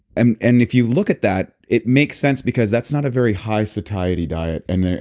and and if you look at that, it makes sense because that's not a very high satiety diet and there's